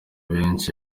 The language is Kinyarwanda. benshi